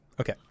okay